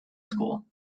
school